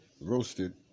roasted